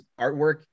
artwork